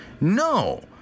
No